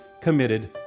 committed